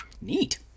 Neat